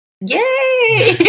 yay